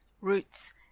roots